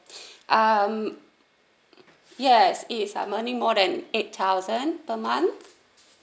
um yes it is my earning more than eight thousand per month